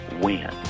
win